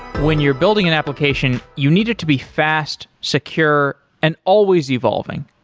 when you're building an application, you needed to be fast, secure and always evolving.